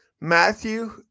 Matthew